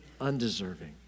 undeserving